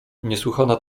niesłychana